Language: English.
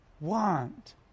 want